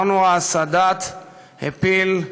אנואר סאדאת הפיל,